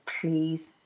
please